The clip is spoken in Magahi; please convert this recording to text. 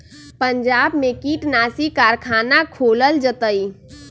पंजाब में कीटनाशी कारखाना खोलल जतई